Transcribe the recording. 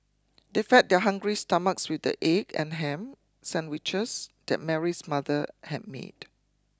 they fed their hungry stomachs with the egg and ham sandwiches that Mary's mother had made